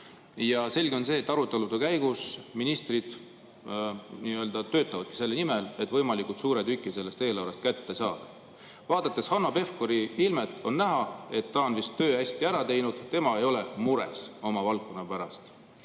Selge on see, et arutelude käigus ministrid töötavadki selle nimel, et võimalikult suurt tükki eelarvest kätte saada. Vaadates Hanno Pevkuri ilmet, on näha, et ta on vist tööd hästi teinud, sest tema ei ole mures oma valdkonna pärast.